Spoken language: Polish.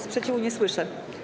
Sprzeciwu nie słyszę.